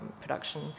production